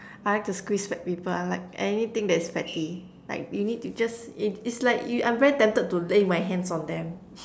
I like to squeeze fat people I like anything that is fatty like you need to just it's like yo~ I'm very tempted to lay my hands on them